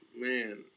man